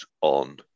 on